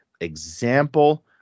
example